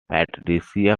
patricia